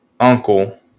uncle